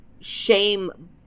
shame